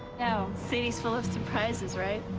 oh. city's full of surprises, right?